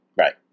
Right